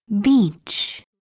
Beach